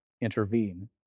intervene